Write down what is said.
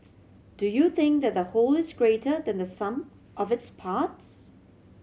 do you think that the whole is greater than the sum of its parts